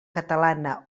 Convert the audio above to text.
catalana